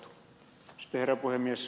herra puhemies